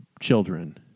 children